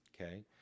Okay